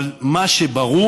אבל מה שברור